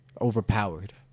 Overpowered